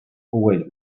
always